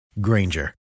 Granger